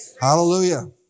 Hallelujah